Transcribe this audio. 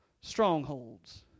strongholds